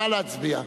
נא להצביע.